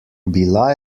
bila